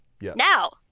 now